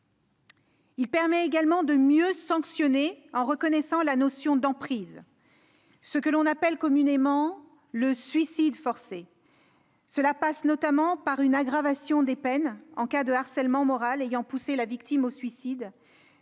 d'un avocat. Mieux sanctionner, en reconnaissant la notion d'emprise, ce que l'on appelle communément le « suicide forcé ». Cela passe notamment par une aggravation des peines en cas de harcèlement moral ayant poussé la victime au suicide-